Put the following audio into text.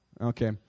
Okay